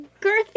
girthy